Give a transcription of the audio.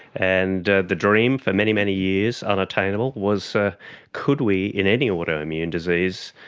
and the dream for many, many years unattainable was ah could we, in any autoimmune disease,